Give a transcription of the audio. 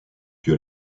que